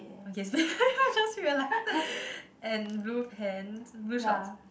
okay I just realise and blue pants blue shorts